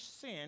sin